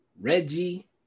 Reggie